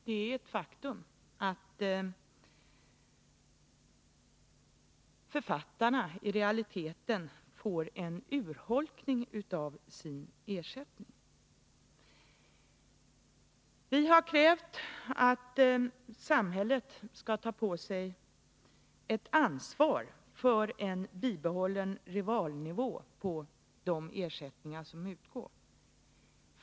Det är ett faktum att författarna i realiteten får en urholkning av sin ersättning. Vi har krävt att samhället skall ta på sig ett ansvar för en bibehållen realnivå på de ersättningar som utgår.